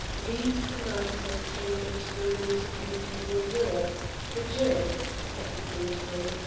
these commands were carried into the laws of mediaeval europe the jurists, at the same time,